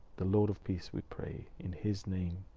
the lord of peace, we pray in his name,